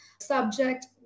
subject